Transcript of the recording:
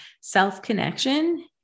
self-connection